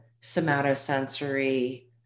somatosensory